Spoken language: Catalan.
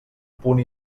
punt